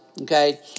Okay